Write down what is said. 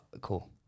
cool